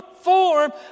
form